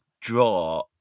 draw